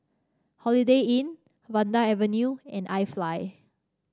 Holiday Inn Vanda Avenue and iFly